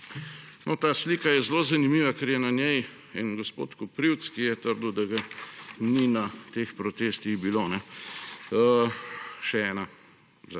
ta slika je zelo zanimiva, ker je na njej je en gospod Koprivc, ki je trdil, da ga ni na teh protestih bilo. Še ena